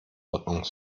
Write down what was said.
ordnung